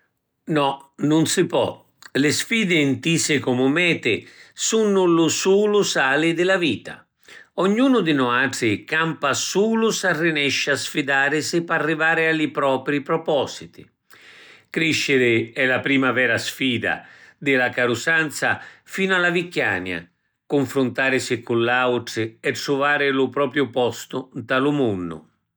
No. Nun si pò. Li sfidi ntisi comu meti sunnu lu sulu sali di la vita. Ognunu di nuatri campa sulu s’arrinesci a sfidarisi p’arrivari a li propri propositi. Crisciri è la prima vera sfida, di la carusanza finu a la vicchiania. Cunfruntarisi cu l’autri e truvari lu proprio postu nta lu munnu.